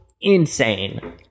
insane